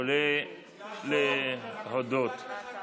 עולה להודות.